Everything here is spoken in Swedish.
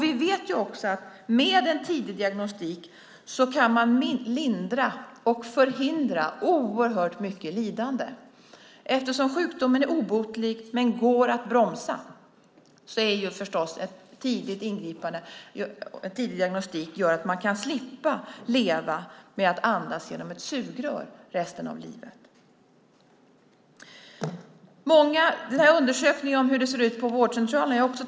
Vi vet också att man med en tidig diagnostik kan lindra och förhindra oerhört mycket lidande. Eftersom sjukdomen är obotlig men går att bromsa gör en tidig diagnostik att man kan slippa leva med att resten av livet andas genom ett sugrör. Också jag har tittat på undersökningen om hur det ser ut på vårdcentralerna.